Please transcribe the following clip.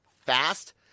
fast